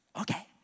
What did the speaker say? Okay